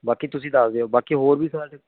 ਬਾਕੀ ਤੁਸੀਂ ਦੱਸ ਦਿਓ ਬਾਕੀ ਹੋਰ ਵੀ ਤੁਹਾਡੇ